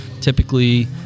typically